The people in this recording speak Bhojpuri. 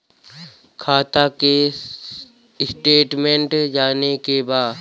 खाता के स्टेटमेंट जाने के बा?